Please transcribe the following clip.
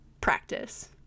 practice